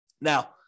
Now